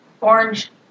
orange